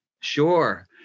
Sure